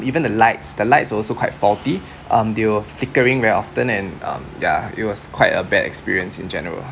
even the lights the lights were also quite faulty um they were flickering very often and um yeah it was quite a bad experience in general